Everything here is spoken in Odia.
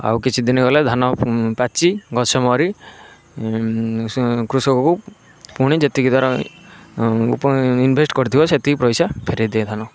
ଆଉ କିଛିଦିନ ଗଲେ ଧାନ ପାଚି ଗଛ ମରି କୃଷକକୁ ପୁଣି ଯେତିକି ତା'ର ଇନଭେଷ୍ଟ୍ କରିଥିବ ସେତିକି ପଇସା ଫେରାଇ ଦିଏ ଧାନ